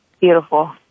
beautiful